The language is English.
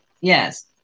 Yes